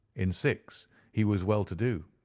in six he was well-to-do,